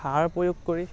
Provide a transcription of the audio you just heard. সাৰ প্ৰয়োগ কৰি